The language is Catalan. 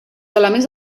elements